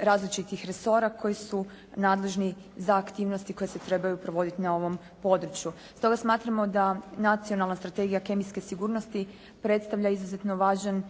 različitih resora koji su nadležni za aktivnosti koje se trebaju provodi na ovom području. Stoga smatramo da Nacionalna strategija kemijske sigurnosti predstavlja izuzetno važan